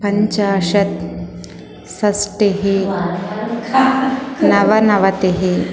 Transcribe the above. पञ्चाशत् षष्ठिः नवनवतिः